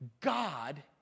God